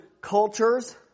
cultures